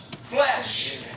flesh